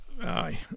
Aye